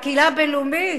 מהקהילה הבין-לאומית.